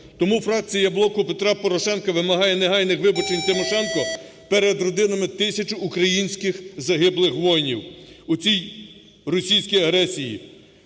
Тому фракція "Блоку Петра Порошенка" вимагає негайних вибачень Тимошенко перед родинами тисяч українських загиблих воїнів у цій російській агресії,